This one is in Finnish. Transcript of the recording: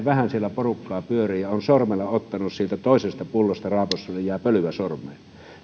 vähän siellä porukkaa pyörii ja kun olen sormella raapaissut toisesta pullosta niin jää pölyä sormeen